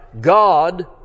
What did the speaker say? God